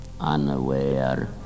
Unaware